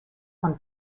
con